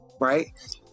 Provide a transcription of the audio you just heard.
Right